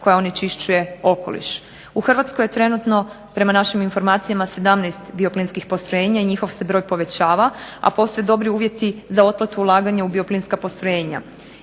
koja onečišćuje okoliš. U Hrvatskoj je trenutno, prema našim informacijama, 17 bioplinskih postrojenja i njihov se broj povećava, a postoje dobri uvjeti za otplatu ulaganja u bioplinska postrojenja.